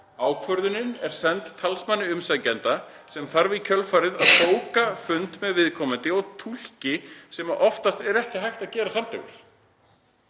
Ákvörðunin er send talsmanni umsækjenda sem þarf í kjölfarið að bóka fund með viðkomandi og túlki sem oftast er ekki hægt að gera samdægurs.